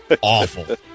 Awful